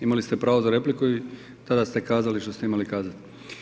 Imali ste pravo za repliku i tada ste kazali što ste imali kazati.